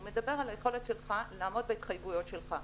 הוא מדבר על היכולת שלך לעמוד בהתחייבות שלך.